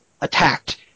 attacked